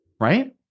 right